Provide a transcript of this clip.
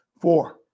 Four